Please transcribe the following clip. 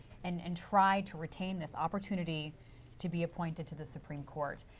and and try to retain this opportunity to be appointed to the supreme court.